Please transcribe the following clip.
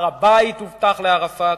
הר-הבית הובטח לערפאת.